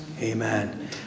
Amen